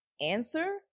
answer